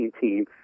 team